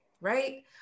Right